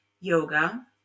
yoga